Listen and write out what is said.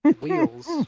Wheels